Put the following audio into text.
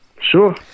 Sure